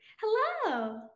hello